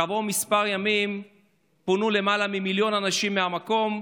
כעבור כמה ימים פונו למעלה ממיליון אנשים מהמקום,